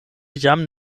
jam